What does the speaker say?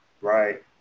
right